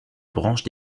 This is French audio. branche